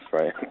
right